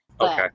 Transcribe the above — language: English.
Okay